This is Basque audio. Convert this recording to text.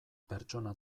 pertsona